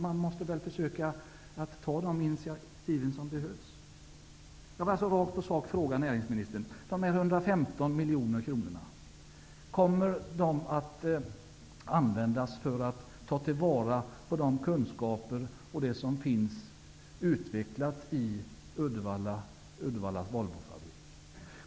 Man måste väl försöka ta de initiativ som behövs? Jag har några raka frågor till näringsministern. Kommer dessa 115 miljoner kronor att användas för att ta till vara de kunskaper som har utvecklats i Volvofabriken i Uddevalla?